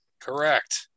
Correct